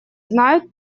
знают